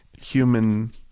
human